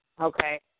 okay